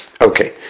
Okay